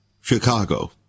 Chicago